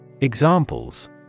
Examples